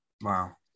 Wow